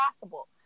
possible